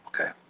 Okay